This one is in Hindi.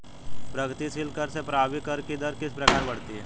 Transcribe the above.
प्रगतिशील कर से प्रभावी कर की दर किस प्रकार बढ़ती है?